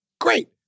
Great